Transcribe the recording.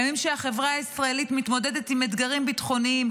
בימים שהחברה הישראלית מתמודדת עם אתגרים ביטחוניים,